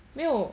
没有